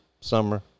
summer